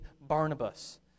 Barnabas